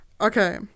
Okay